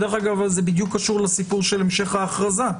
זה קשור לסיפור של המשך ההכרזה.